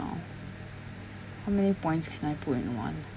um how many points can I put in one